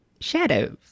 Shadows